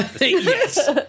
Yes